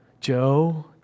Joe